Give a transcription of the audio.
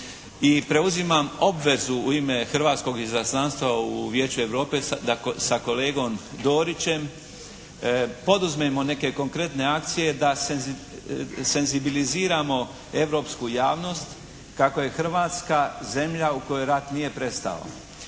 preuzimam obvezu u ime hrvatskog izaslanstva u Vijeću Europe da sa kolegom Dorićem poduzmemo neke konkretne akcije da senzibiliziramo europsku javnost kako je Hrvatska zemlja u kojoj rat nije prestao.